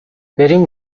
بریم